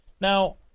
Now